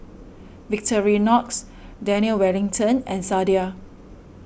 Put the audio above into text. Victorinox Daniel Wellington and Sadia